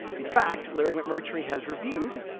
in fact, larry mcmurtry has reviewed,